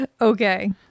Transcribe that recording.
okay